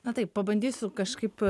na taip pabandysiu kažkaip